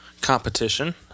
Competition